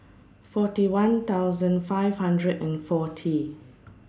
forty one five hundred and forty